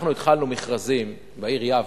אנחנו התחלנו מכרזים בעיר יבנה,